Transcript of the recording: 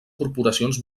corporacions